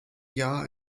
jahr